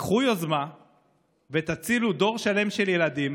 קחו יוזמה ותצילו דור שלם של ילדים